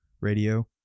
radio